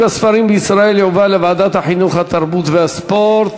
בישראל, יועבר לוועדת החינוך, התרבות והספורט.